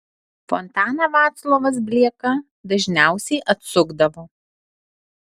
fontaną vaclovas blieka dažniausiai atsukdavo